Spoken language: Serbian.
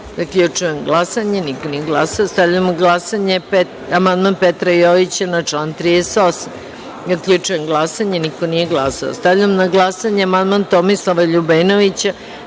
37.Zaključujem glasanje: niko nije glasao. Stavljam na glasanje amandman Petra Jojića na član 38.Zaključujem glasanje: niko nije glasao. Stavljam na glasanje amandman Tomislava Ljubenovića